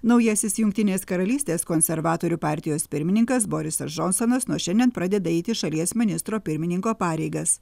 naujasis jungtinės karalystės konservatorių partijos pirmininkas borisas džonsonas nuo šiandien pradeda eiti šalies ministro pirmininko pareigas